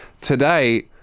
Today